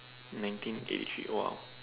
nineteen eighty three !wow!